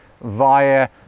via